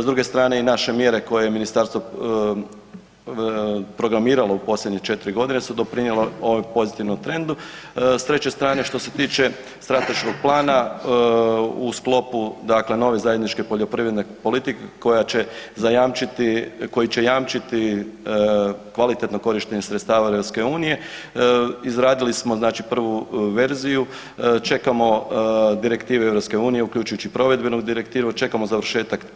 S druge strane i naše mjere koje je ministarstvo programiralo u posljednje 4 g. su doprinijelo ovom pozitivnom trendu, s treće strane što se tiče strateškog plana, u sklopu dakle nove zajedničke poljoprivredne politike koji će jamčiti kvalitetno korištenje sredstava EU-a, izradilo smo znači prvu verziju, čekamo direktive EU-a uključujući i provedbenu direktivu, čekamo završetak